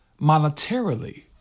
monetarily